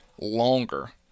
longer